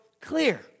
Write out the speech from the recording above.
clear